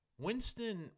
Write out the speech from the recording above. Winston